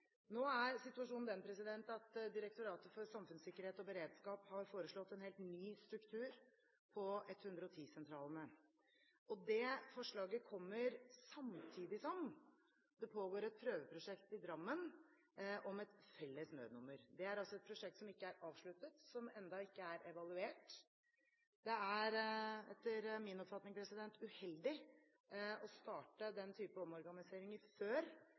Nå er situasjonen den at Direktoratet for samfunnssikkerhet og beredskap har foreslått en helt ny struktur for 110-sentralene. Det forslaget kommer samtidig som det pågår et prøveprosjekt i Drammen om et felles nødnummer. Det er altså et prosjekt som ikke er avsluttet, som enda ikke er evaluert. Det er etter min oppfatning uheldig å starte den typen omorganiseringer før